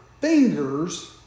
fingers